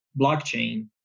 blockchain